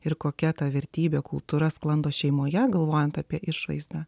ir kokia ta vertybė kultūra sklando šeimoje galvojant apie išvaizdą